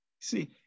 See